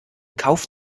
kauf